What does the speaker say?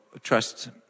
trust